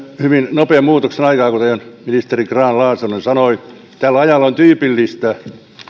hyvin nopean muutoksen aikaa kuten ministeri grahn laasonen sanoi tälle ajalle on tyypillistä